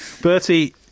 Bertie